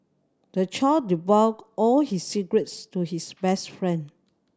the child divulged all his secrets to his best friend